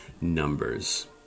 numbers